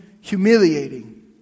humiliating